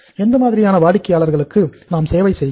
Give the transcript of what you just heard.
எந்த மாதிரியான வாடிக்கையாளர்களுக்கு நாம் சேவை செய்கிறோம்